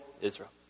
Israel